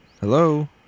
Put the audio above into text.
Hello